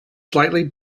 slightly